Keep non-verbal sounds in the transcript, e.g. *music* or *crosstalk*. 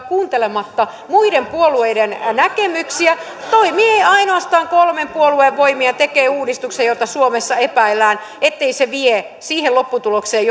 *unintelligible* kuuntelematta muiden puolueiden näkemyksiä ja toimii ainoastaan kolmen puolueen voimin ja tekee uudistuksen josta suomessa epäillään ettei se vie siihen lopputulokseen *unintelligible*